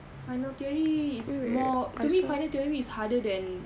final theory is more to me final theory is harder than